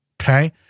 okay